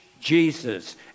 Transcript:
jesus